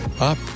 up